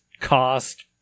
cost